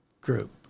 group